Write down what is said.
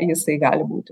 jisai gali būti